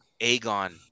Aegon